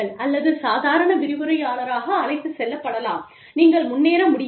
அல்லது சாதாரண விரிவுரையாளராக அழைத்துச் செல்லப்படலாம் நீங்கள் முன்னேற முடியாது